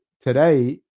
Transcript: today